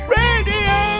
radio